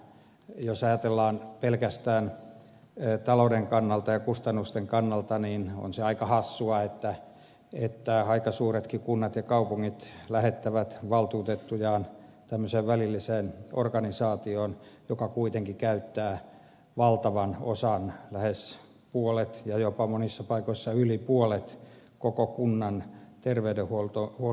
jos ajatellaan pelkästään talouden kannalta ja kustannusten kannalta niin on se aika hassua että aika suuretkin kunnat ja kaupungit lähettävät valtuutettujaan tämmöiseen välilliseen organisaatioon joka kuitenkin käyttää valtavan osan lähes puolet ja monissa paikoissa jopa yli puolet koko kunnan terveydenhuollon budjetista